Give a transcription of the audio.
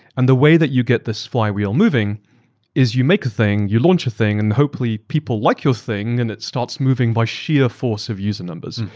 and the way that you get this flywheel moving is you make a thing, you launch a thing, and hopefully, people like your thing and it starts moving by sheer force of use and numbers.